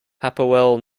hapoel